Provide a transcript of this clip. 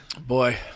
Boy